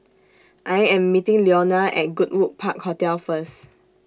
I Am meeting Leona At Goodwood Park Hotel First